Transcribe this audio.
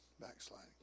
Backsliding